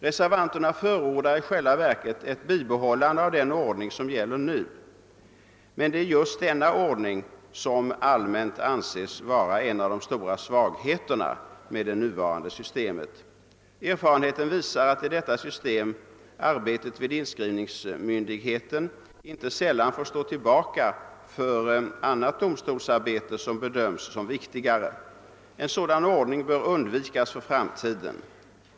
Reservanterna förordar i själva verket ett bibehållande av den ordning som nu gäller, men det är just den ordningen som allmänt anses vara en av de stora svagheterna med det hittillsvarande systemet. Erfarenheten visar att med detta system arbetet vid inskrivningsmyndigheten inte sällan får stå tillbaka för annat domstolsarbete som bedöms vara viktigare. En sådan ordning bör undvikas för framtiden.